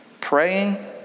praying